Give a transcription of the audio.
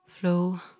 Flow